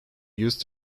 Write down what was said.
used